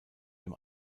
dem